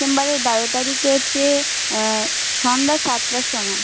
ডিসেম্বরের বারো তারিখে হচ্ছে সন্ধ্যা সাতটার সময়